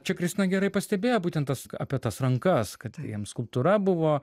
čia kristina gerai pastebėjo būtent tas apie tas rankas kad jam skulptūra buvo